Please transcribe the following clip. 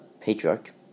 Patriarch